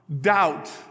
doubt